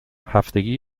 هفتگی